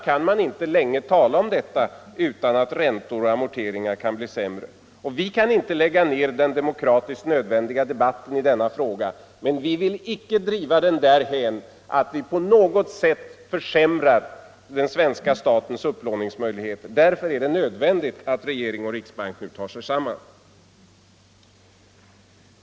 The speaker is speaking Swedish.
Man kan inte länge ostraffat tala om detta utan att ränteoch amorteringsvillkor påverkas negativt. Vi kan inte lägga ned den för demokratin nödvändiga debatten i denna fråga, men vi vill icke driva den därhän att vi på något sätt försvårar den svenska statens upplåningsmöjligheter. Därför är det nödvändigt att regeringen och riksbanken tar sig samman.